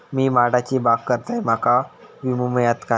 मी माडाची बाग करतंय माका विमो मिळात काय?